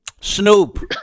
Snoop